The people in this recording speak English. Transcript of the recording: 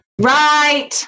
Right